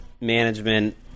management